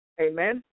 Amen